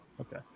Okay